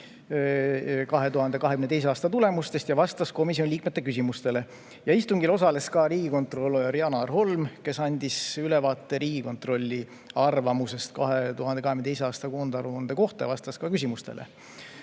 2022. aasta tulemustest ja vastas komisjoni liikmete küsimustele. Istungil osales ka riigikontrolör Janar Holm, kes andis ülevaate Riigikontrolli arvamusest 2022. aasta koondaruande kohta ja vastas küsimustele.